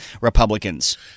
Republicans